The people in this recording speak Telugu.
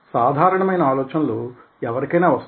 సాధారణమైన ఆలోచనలు ఎవరికైనా వస్తాయి